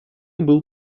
был